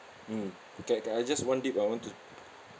mm can can I just one dip I want to